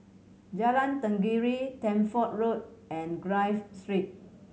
Jalan Tenggiri Deptford Road and Clive Street